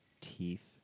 teeth